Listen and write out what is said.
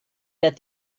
that